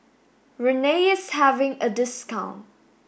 Rene is having a discount